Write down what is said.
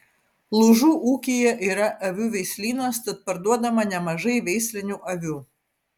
lūžų ūkyje yra avių veislynas tad parduodama nemažai veislinių avių